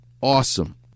Awesome